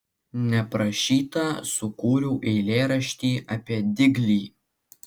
neprašyta sukūriau eilėraštį apie diglį